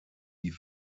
die